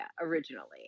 originally